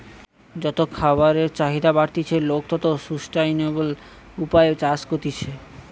যত খাবারের চাহিদা বাড়তিছে, লোক তত সুস্টাইনাবল উপায়ে চাষ করতিছে